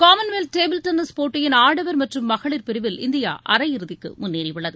Commonwealth table tennis போட்டியின் ஆடவர் மற்றும் மகளிர் பிரிவில் இந்தியா அரையிறுதிக்கு முன்னேறியுள்ளது